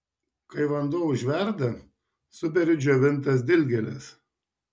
kai vanduo užverda suberiu džiovintas dilgėles